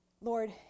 Lord